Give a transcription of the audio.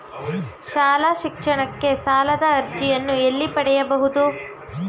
ಶಾಲಾ ಶಿಕ್ಷಣಕ್ಕೆ ಸಾಲದ ಅರ್ಜಿಯನ್ನು ಎಲ್ಲಿ ಪಡೆಯಬಹುದು?